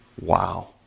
Wow